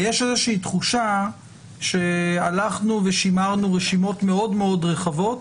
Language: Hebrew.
ויש תחושה שהלכנו ושימרנו רשימות מאוד מאוד רחבות